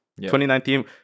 2019